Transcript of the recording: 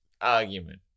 argument